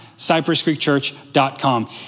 cypresscreekchurch.com